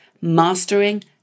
mastering